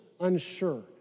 unsure